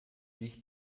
sich